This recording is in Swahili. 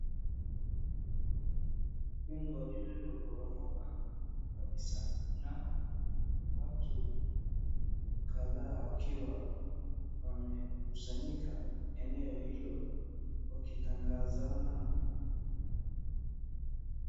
Jengo lililoporomoka kabisa na watu kadha wakiwa mamekusanyika eneo hilo wakitangazana.